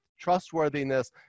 trustworthiness